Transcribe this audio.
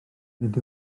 nid